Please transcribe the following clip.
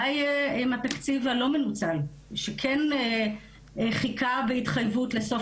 מה יהיה עם התקציב הלא מנוצל שכן חיכה בהתחייבות לסוף